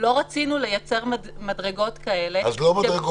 לא רצינו לייצר מדרגות כאלה -- אז לא מדרגות.